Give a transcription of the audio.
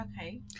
Okay